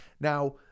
Now